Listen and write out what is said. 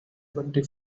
twenty